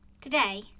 Today